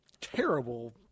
terrible